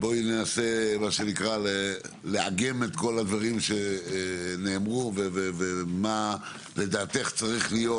בואי ננסה לאגם את כול הדברים שנאמרו ומה לדעתך צריך להיות,